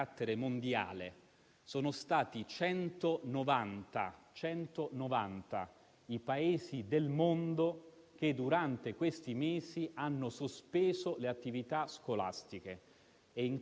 le immagini di una parte dei giovani del nostro Paese che, per i corsi di recupero, hanno ricominciato ad entrare negli istituti scolastici. Voglio ricordare in questa sede che pochi giorni fa